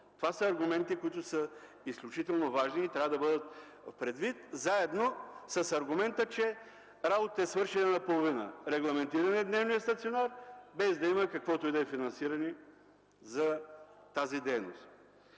Това са аргументи, които са изключително важни и трябва да бъдат взети предвид заедно с аргумента, че работата е свършена наполовина – регламентиран е дневният стационар, без да има каквото и да е финансиране за тази дейност.